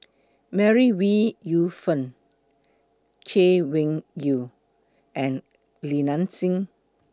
May Ooi Yu Fen Chay Weng Yew and Li Nanxing